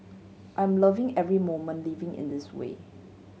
I'm loving every moment living in this way